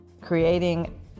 creating